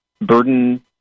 burden